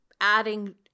adding